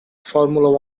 formula